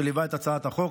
שליווה את הצעת החוק.